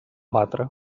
batre